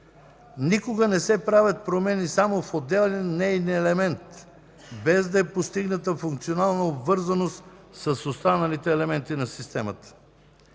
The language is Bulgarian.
никога не се правят промени само в отделен неин елемент, без да е постигната функционална обвързаност с останалите елементи на системата,